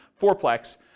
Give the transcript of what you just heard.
fourplex